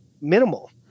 minimal